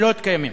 לילות כימים.